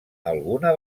alguna